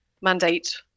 mandate